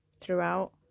throughout